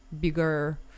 bigger